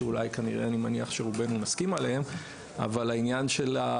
שאני מניח שרובנו כנראה נסכים עליהם; אבל העניין של,